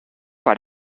par